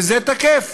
וזה תקף.